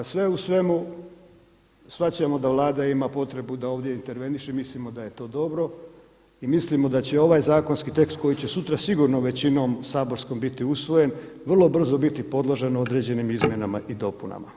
Sve u svemu, shvaćamo da Vlada ima potrebu da ovdje intervenira, mislimo da je to dobro i mislimo da će ovaj zakonski tekst koji će sutra sigurno većinom saborskom biti usvojen, vrlo brzo biti podloženo određenim izmjenama i dopunama.